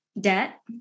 debt